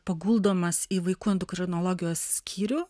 paguldomas į vaikų endokrinologijos skyrių